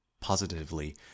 Positively